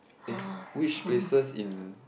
eh which places in